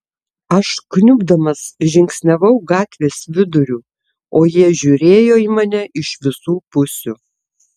aš kniubdamas žingsniavau gatvės viduriu o jie žiūrėjo į mane iš visų pusių